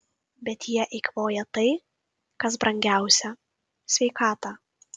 bet jie eikvoja tai kas brangiausia sveikatą